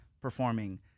performing